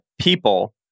people